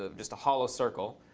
ah just a hollow circle,